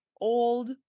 old